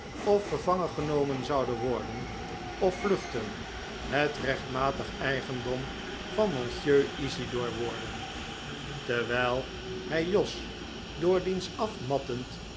of gevangen genomen zouden worden of vluchten het rechtmatig eigendom van monsieur isidor worden tervvijl hij jos door diens af